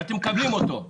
ואתם מקבלים אותו.